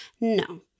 no